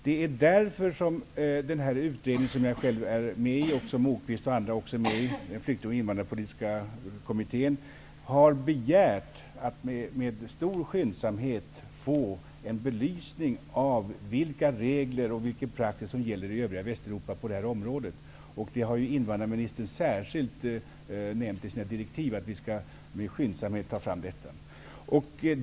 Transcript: Det är därför som Flykting och invandrarpolitiska kommittén, som jag själv är med i liksom Lars Moquist och andra, har begärt att med stor skyndsamhet få en belysning av vilka regler och vilken praxis som gäller i övriga Västeuropa på det här området. Invandrarministern har i sina direktiv särskilt nämnt att vi skyndsamt skall ta fram detta.